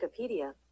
Wikipedia